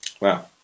Wow